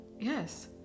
Yes